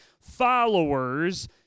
followers